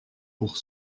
pour